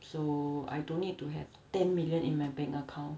so I don't need to have ten million in my bank account